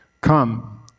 Come